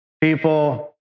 people